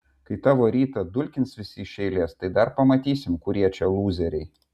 kai tavo rytą dulkins visi iš eilės tai dar pamatysim kurie čia lūzeriai